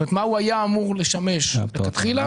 מה הוא היה אמור לשמש מלכתחילה